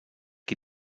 qui